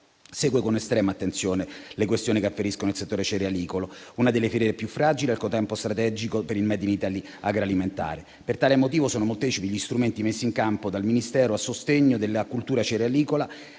segue con estrema attenzione le questioni che afferiscono al settore cerealicolo, una delle filiere più fragili e al contempo strategiche per il *made in Italy* agroalimentare. Per tale motivo sono molteplici gli strumenti messi in campo dal Ministero a sostegno della coltura cerealicola